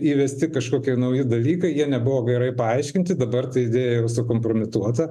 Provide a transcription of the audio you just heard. įvesti kažkokie nauji dalykai jie nebuvo gerai paaiškinti dabar ta idėja jau sukompromituota